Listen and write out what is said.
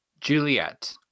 Juliet